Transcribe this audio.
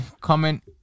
Comment